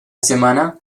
semana